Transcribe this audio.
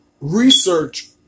research